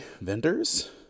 vendors